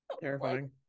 terrifying